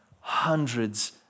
hundreds